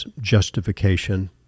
justification